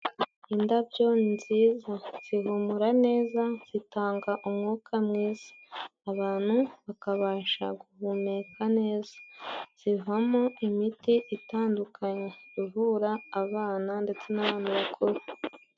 Indabyo nziza zihumura neza zitanga umwuka mwiza, abantu bakabasha guhumeka neza, zivamo imiti itandukanye ivura abana ndetse n'abantu bakuru.